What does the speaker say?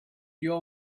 your